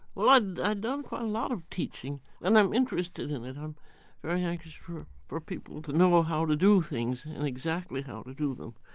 i'd done quite a lot of teaching and i'm interested in it. i'm very anxious for for people to know ah how to do things and exactly how to do them.